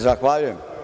Zahvaljujem.